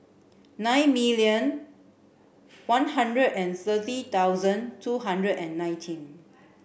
nine million one hundred and thirty thousand two hundred and nineteen